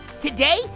Today